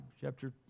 chapter